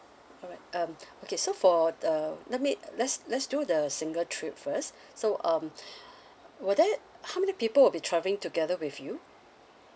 alright um okay so for the let me let's let's do the single trip first so um would there how many people would be travelling together with you